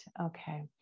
Okay